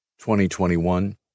2021